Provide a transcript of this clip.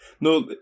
No